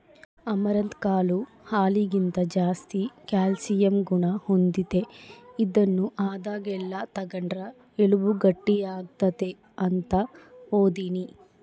amaranth ಕಾಳು ಹಾಲಿಗಿಂತ ಜಾಸ್ತಿ ಕ್ಯಾಲ್ಸಿಯಂ ಗುಣ ಹೊಂದೆತೆ, ಇದನ್ನು ಆದಾಗೆಲ್ಲ ತಗಂಡ್ರ ಎಲುಬು ಗಟ್ಟಿಯಾಗ್ತತೆ ಅಂತ ಓದೀನಿ